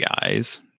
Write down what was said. guys